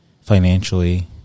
financially